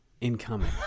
incoming